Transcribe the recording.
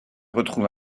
retrouve